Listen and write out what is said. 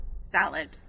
Salad